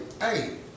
Hey